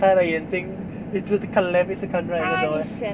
他的眼睛一直看 left 一直看 right then 怎么办